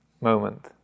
moment